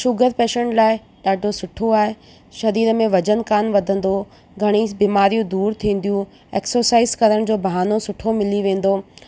sugar patient लाइ ॾाढो सुठो आहे शरीर में वजन कान वधंदो घणई बीमारियूं दूरि थींदियूं एक्सरसाईज़ करण जो बहानो सुठो मिली वेंदो